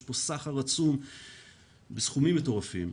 יש כאן סחר עצום בסכומים מטורפים,